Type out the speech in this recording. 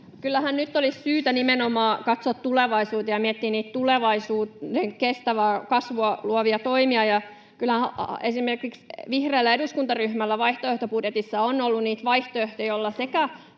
Kyllähän nyt olisi syytä nimenomaan katsoa tulevaisuuteen ja miettiä niitä tulevaisuuden kestävää kasvua luovia toimia, ja kyllähän esimerkiksi vihreällä eduskuntaryhmällä vaihtoehtobudjetissa on ollut niitä vaihtoehtoja, joilla sekä